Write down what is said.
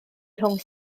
rhwng